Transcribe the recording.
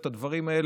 או את הדברים האלה,